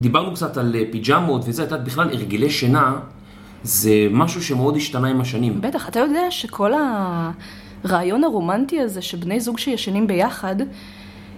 דיברנו קצת על אה.. פיג'מות וזה.. את יודעת בכלל הרגלי שינה... זה משהו שמאוד השתנה עם השנים. בטח, אתה יודע שכל הרעיון הרומנטי הזה שבני זוג שישנים ביחד...